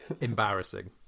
embarrassing